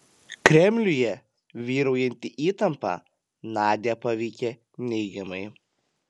kremliuje vyraujanti įtampa nadią paveikė neigiamai